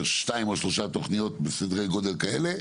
שתיים או שלוש תוכניות בסדרי גודל כאלה,